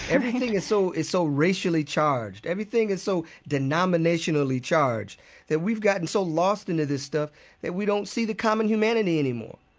everything is so is so racially charged, everything is so denominationally charged that we've gotten so lost into this stuff that we don't see the common humanity anymore